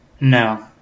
No